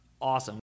Awesome